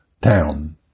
town